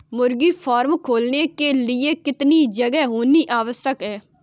मुर्गी फार्म खोलने के लिए कितनी जगह होनी आवश्यक है?